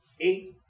eight